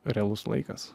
realus laikas